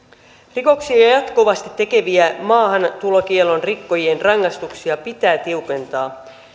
rikoksia jatkuvasti tekevien maahantulokiellon rikkojien rangaistuksia pitää tiukentaa